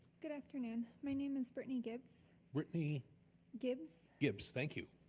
good afternoon. my name is whitney gibbs whitney gibbs. gibbs, thank you.